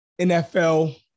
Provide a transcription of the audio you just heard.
NFL